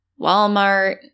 Walmart